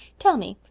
tell me,